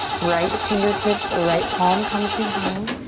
right fingertips or right palm comes behind.